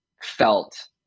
felt